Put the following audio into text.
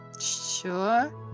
sure